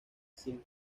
sin